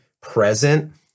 present